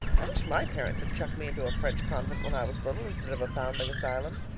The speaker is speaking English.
i wish my parents had chucked me into a french convent when i was little instead of a foundling asylum.